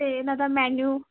ਅਤੇ ਇਹਨਾਂ ਦਾ ਮੈਨਿਊ